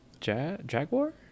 Jaguar